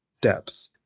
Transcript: depth